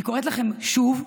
אני קוראת לכם שוב: